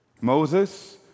Moses